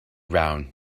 ground